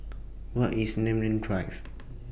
Where IS Namly Drive